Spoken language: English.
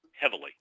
heavily